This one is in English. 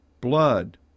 blood